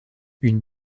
une